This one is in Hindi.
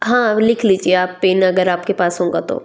हाँ लिख लीजिए आप पेन अगर आपके पास होगा तो